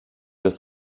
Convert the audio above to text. des